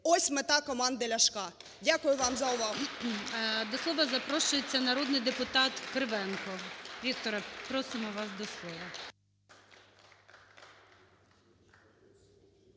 Ось мета команди Ляшка. Дякую вам за увагу. ГОЛОВУЮЧИЙ. До слова запрошується народний депутат Кривенко. Вікторе, просимо вас до слова.